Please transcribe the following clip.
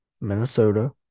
Minnesota